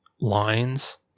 lines